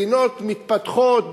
מדינות מתפתחות,